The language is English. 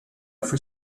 for